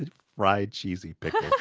ah fried cheesy pickles,